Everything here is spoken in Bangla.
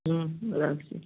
হুম রাখছি